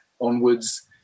onwards